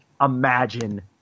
imagine